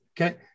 Okay